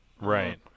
right